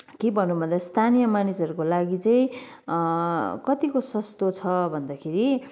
के भनौँ भन्दा स्थानीय मानिसहरूको लागि चाहिँ कत्तिको सस्तो छ भन्दाखेरि